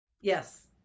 Yes